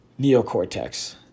neocortex